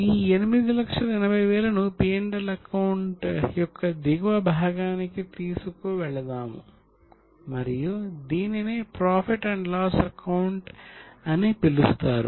ఈ 880000 ను P L account యొక్క దిగువ భాగానికి తీసుకు వెళతాము మరియు దీనినే ప్రాఫిట్ అండ్ లాస్ అకౌంట్ అని పిలుస్తారు